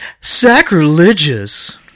Sacrilegious